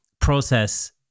process